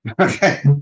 Okay